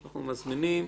אנחנו מזמינים,